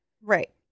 Right